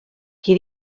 qui